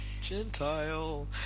Gentile